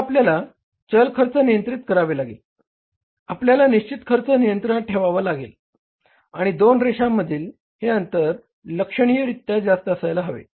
तर आपल्याला चल खर्च नियंत्रित करावे लागेल आपल्याला निश्चित खर्च नियंत्रणात ठेवावा लागेल आणि दोन रेषांमधील हे अंतर लक्षणीयरीत्या जास्त असायला हवे